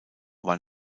war